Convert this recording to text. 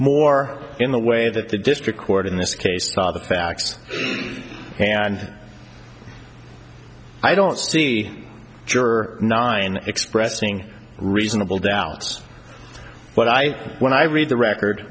more in the way that the district court in this case by the facts and i don't see juror nine expressing reasonable doubts but i when i read the record